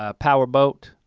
ah powerboat.